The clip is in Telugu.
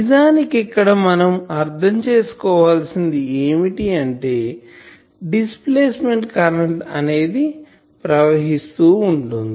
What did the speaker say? నిజానికి ఇక్కడ మనం అర్ధం చేసుకోవాల్సింది ఏమిటి అంటే డిస్ప్లేస్మెంట్ కరెంటు అనేది ప్రవహిస్తూ ఉంటుంది